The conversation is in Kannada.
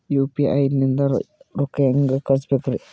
ಯು.ಪಿ.ಐ ನಿಂದ ರೊಕ್ಕ ಹೆಂಗ ಕಳಸಬೇಕ್ರಿ?